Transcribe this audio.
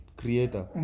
creator